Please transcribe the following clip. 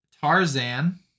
Tarzan